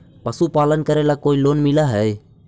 पशुपालन करेला कोई लोन मिल हइ?